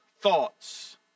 thoughts